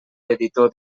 editor